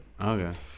Okay